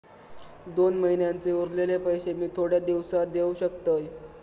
दोन महिन्यांचे उरलेले पैशे मी थोड्या दिवसा देव शकतय?